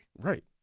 Right